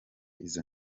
izo